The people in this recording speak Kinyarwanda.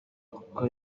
kuko